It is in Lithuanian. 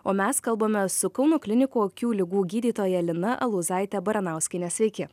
o mes kalbame su kauno klinikų akių ligų gydytoja lina alauzaite baranauskiene sveiki